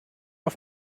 auf